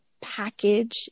package